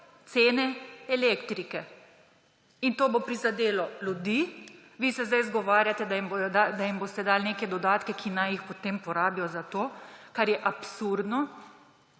cene elektrike. To bo prizadelo ljudi. Vi ste zdaj izgovarjate, da jim boste dali neke dodatke, ki naj jih potem porabijo za to, kar je absurdno.